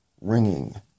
ringing